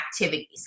activities